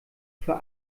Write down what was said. für